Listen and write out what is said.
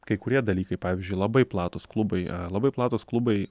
kai kurie dalykai pavyzdžiui labai platūs klubai labai platūs klubai